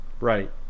Right